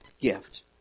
gift